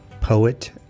poet